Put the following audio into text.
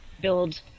build